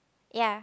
ya